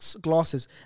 glasses